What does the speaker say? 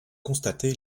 constaté